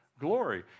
glory